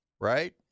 right